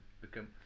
become